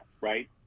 Right